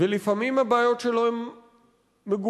ולפעמים הבעיות שלו מגוונות.